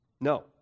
No